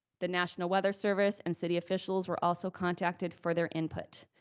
the national weather service and city officials were also contacted for their input.